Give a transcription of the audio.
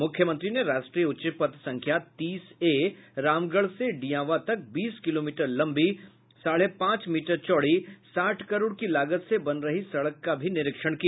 मुख्यमंत्री ने राष्ट्रीय उच्च पथ संख्या तीस ए रामगढ़ से डियावां तक बीस किलोमीटर लंबी साढ़े पांच मीटर चौड़ी साठ करोड़ की लागत से बन रही सड़क का भी निरीक्षण किया